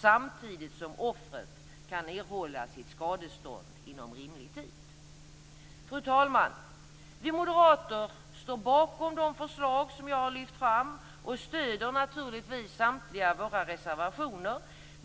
samtidigt som offret kan erhålla sitt skadestånd inom rimlig tid. Fru talman! Vi moderater står bakom de förslag som jag har lyft fram och stöder naturligtvis samtliga våra reservationer.